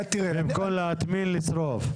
במקום להטמין לשרוף.